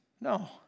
No